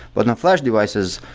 but now flash devices,